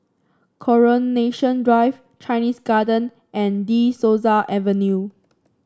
Coronation Drive Chinese Garden and De Souza Avenue